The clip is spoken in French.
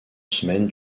semaine